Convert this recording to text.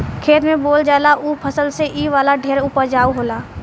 खेत में बोअल जाला ऊ फसल से इ वाला ढेर उपजाउ होला